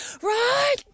right